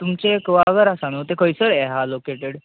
तुमचे कळागर आसा नू तें खंयसर हें आहा लॉकेटेड